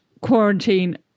quarantine